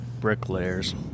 Bricklayers